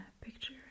picture